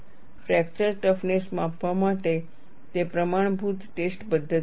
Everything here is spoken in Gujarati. ફ્રેક્ચર ટફનેસ માપવા માટે તે પ્રમાણભૂત ટેસ્ટ પદ્ધતિ છે